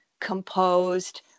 composed